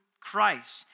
Christ